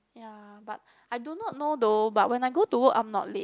ya but I do not know though but when I go to work I'm not late